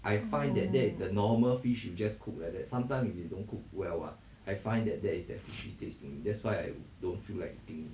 oh